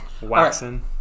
Waxing